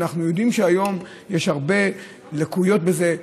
אנחנו יודעים שהיום יש הרבה ליקויים בזה,